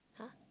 !huh!